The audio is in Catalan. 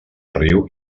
riu